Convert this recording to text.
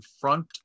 front